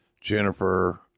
Jennifer